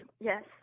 Yes